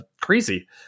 crazy